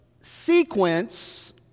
sequence